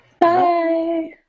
Bye